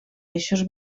eixos